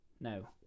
No